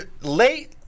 late